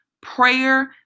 prayer